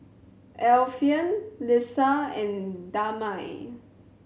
Alfian Lisa and Damia